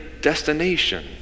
destination